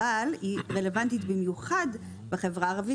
אבל היא רלוונטית במיוחד בחברה הערבית,